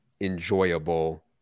enjoyable